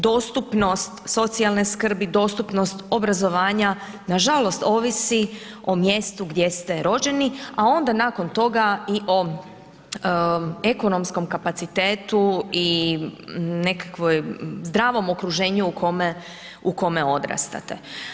Dostupnost, socijalne skrbi, dostupnost obrazovanja, nažalost, ovisi o mjestu gdje ste rođeni a onda nakon toga i o ekonomskom kapacitetu i nekakvoj, zdravom okruženju u kome odrastate.